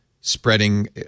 spreading